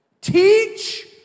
Teach